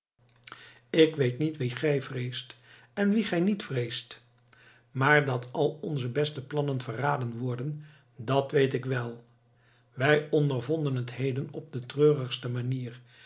ik weet niet wie gij vreest en wie gij niet vreest maar dat al onze beste plannen verraden worden dat weet ik wel wij ondervonden het heden op de treurigste manier